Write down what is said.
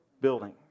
Building